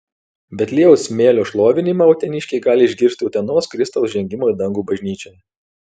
betliejaus smėlio šlovinimą uteniškiai gali išgirsti utenos kristaus žengimo į dangų bažnyčioje